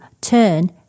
Turn